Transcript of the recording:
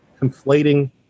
conflating